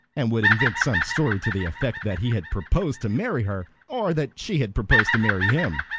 and would invent some story to the effect that he had proposed to marry her, or that she had proposed to marry him.